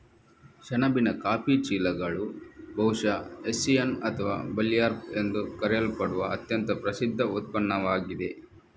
ಸೆಣಬಿನ ಕಾಫಿ ಚೀಲಗಳು ಬಹುಶಃ ಹೆಸ್ಸಿಯನ್ ಅಥವಾ ಬರ್ಲ್ಯಾಪ್ ಎಂದು ಕರೆಯಲ್ಪಡುವ ಅತ್ಯಂತ ಪ್ರಸಿದ್ಧ ಉತ್ಪನ್ನವಾಗಿದೆ